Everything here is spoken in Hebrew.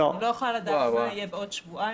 אני לא יכולה לדעת מה יהיה בעוד שבועיים.